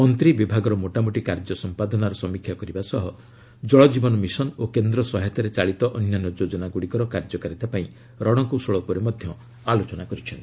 ମନ୍ତ୍ରୀ ବିଭାଗର ମୋଟାମୋଟି କାର୍ଯ୍ୟ ସମ୍ପାଦନାର ସମୀକ୍ଷା କରିବା ସହ ଜଳକୀବନ ମିଶନ ଓ କେନ୍ଦ୍ର ସହାୟତାରେ ଚାଳିତ ଅନ୍ୟାନ୍ୟ ଯୋଜନାଗୁଡ଼ିକର କାର୍ଯ୍ୟକାରିତା ପାଇଁ ରଣକୌଶଳ ଉପରେ ଆଲୋଚନା କରିଛନ୍ତି